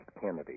Kennedy